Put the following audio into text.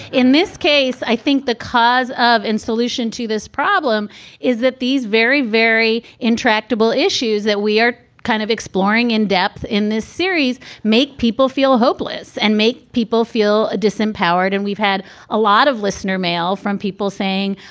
in this case, i think the cause of and solution to this problem is that these very, very intractable issues that we are kind of exploring in depth in this series make people feel hopeless and make people feel disempowered. and we've had a lot of listener mail from people saying,